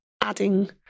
adding